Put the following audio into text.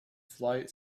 flight